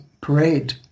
parade